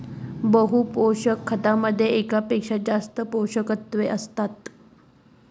बहु पोषक खतामध्ये एकापेक्षा जास्त पोषकतत्वे असतात